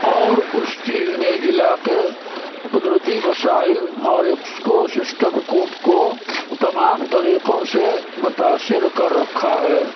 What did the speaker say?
اور اس چیز نے ضلع کے قدرتی وسائل اور اس کو سسٹم کو کو تمام طریقوں سے متاثر کر رکھا ہے